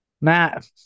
Matt